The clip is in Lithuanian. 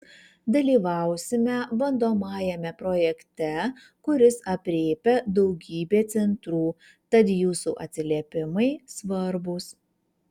dalyvausime bandomajame projekte kuris aprėpia daugybę centrų tad jūsų atsiliepimai svarbūs